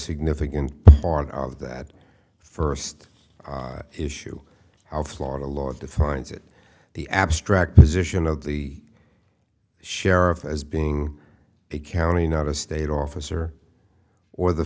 significant part of that first issue how florida law defines it the abstract position of the sheriff as being a county not a state officer or the